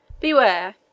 Beware